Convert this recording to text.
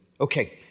Okay